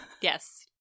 Yes